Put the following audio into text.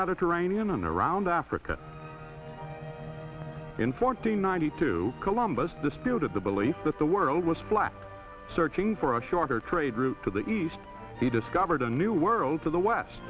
mediterranean and around africa in fourteen ninety two columbus disputed the belief that the world was flat searching for a shorter trade route to the east he discovered a new world to the west